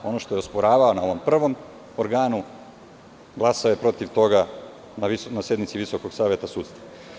Ono što je osporavao na ovom prvom organu, glasao je protiv toga na sednici Visokog saveta sudstva.